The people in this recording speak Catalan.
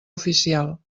oficial